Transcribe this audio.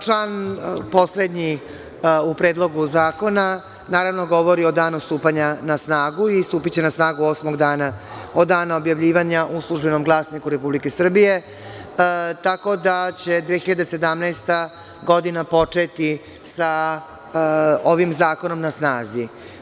Član poslednji u Predlogu zakona govori o danu stupanja na snagu i stupiće na snagu osmog dana od dana objavljivanja u „Službenom glasniku Republike Srbije“, tako da će 2017. godina početi sa ovim zakonom na snazi.